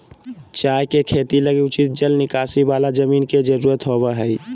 चाय के खेती लगी उचित जल निकासी वाला जमीन के जरूरत होबा हइ